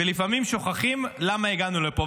ולפעמים שוכחים למה הגענו לפה.